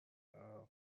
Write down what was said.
عراق